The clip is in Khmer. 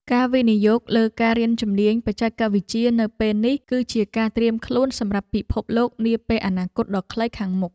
ការវិនិយោគលើការរៀនជំនាញបច្ចេកវិទ្យានៅពេលនេះ គឺជាការត្រៀមខ្លួនសម្រាប់ពិភពលោកនាពេលអនាគតដ៏ខ្លីខាងមុខ។